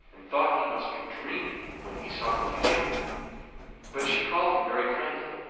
and thought he must be dreaming when he saw felicia but she called him very kindly,